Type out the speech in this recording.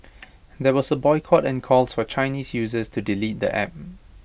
there was A boycott and calls for Chinese users to delete the app